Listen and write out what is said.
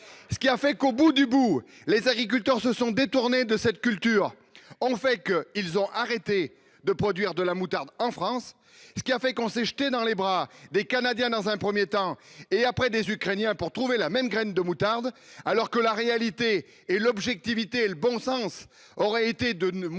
Ce qui a fait qu'au bout du bout, les agriculteurs se sont détournés de cette culture en fait que ils ont arrêté de produire de la moutarde en France ce qui a fait qu'on s'est jeté dans les bras des Canadiens dans un 1er temps et après des Ukrainiens pour trouver la même graine de moutarde. Alors que la réalité et l'objectivité et le bon sens aurait été de ne moins